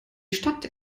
stadt